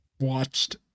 watched